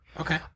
Okay